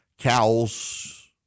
Cows